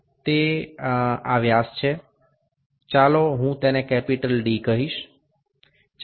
এটি হল এই ব্যাস আমি এটিকে বড় হাতের D বলব